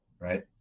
Right